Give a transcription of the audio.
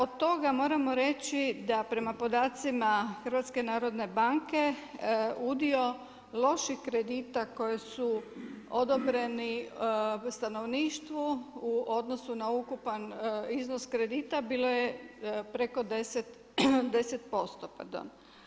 Od toga, moramo reći da prema podacima HNB, udio loših kredita koji su odobreni stanovništvu, u odnosu na ukupan iznos kredita bilo je preko 10, 10% pardon.